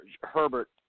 Herbert